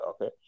okay